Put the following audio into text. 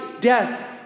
death